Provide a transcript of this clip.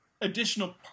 additional